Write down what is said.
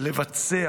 לבצע